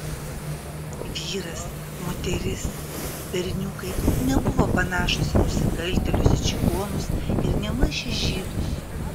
vyras moteris berniukai nebuvo panašūs į nusikaltėlius į čigonus ir nėmaž į žydus